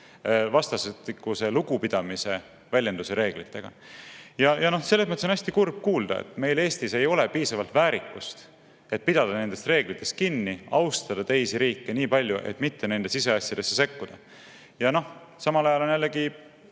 vastastikuse lugupidamise väljenduse reeglitega. Selles mõttes on hästi kurb kuulda, et meil Eestis ei ole piisavalt väärikust, et pidada nendest reeglitest kinni ja austada teisi riike nii palju, et mitte nende siseasjadesse sekkuda. Ja samal ajal on jällegi